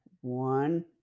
one